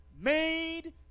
made